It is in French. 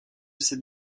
ces